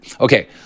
Okay